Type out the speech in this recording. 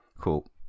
Cool